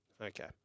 Okay